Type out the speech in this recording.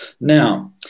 Now